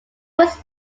was